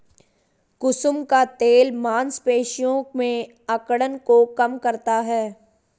कुसुम का तेल मांसपेशियों में अकड़न को कम करता है